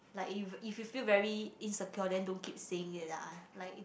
like if if you feel very insecure then don't keep saying it ah like